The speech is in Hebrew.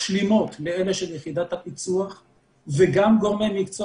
משלימות מאלה של יחידת הפיצוח וגם גורמי מקצוע